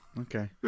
Okay